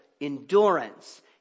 endurance